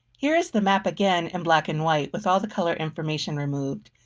here is the map again in black and white with all the color information removed.